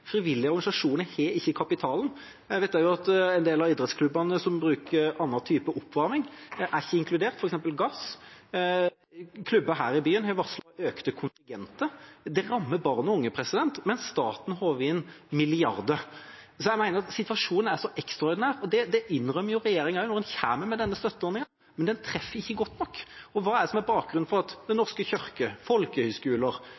Frivillige organisasjoner har ikke denne kapitalen. Jeg vet også at en del av idrettsklubbene, som bruker en annen type oppvarming, f.eks. gass, ikke er inkludert. Klubber her i byen har varslet økte kontingenter. Det rammer barn og unge, mens staten håver inn milliarder. Jeg mener at situasjonen er ekstraordinær. Det innrømmer også regjeringen når en kommer med denne støtteordningen, men den treffer ikke godt nok. Hva er bakgrunnen for at